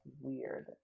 weird